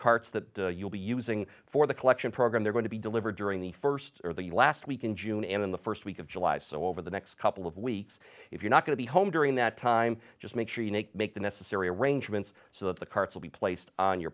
carts that you'll be using for the collection program they're going to be delivered during the first or the last week in june in the first week of july so over the next couple of weeks if you're not going to be home during that time just make sure you make make the necessary arrangements so that the cards will be placed on your